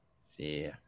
See